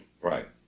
Right